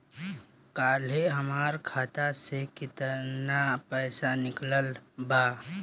काल्हे हमार खाता से केतना पैसा निकलल बा?